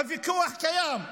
הוויכוח קיים.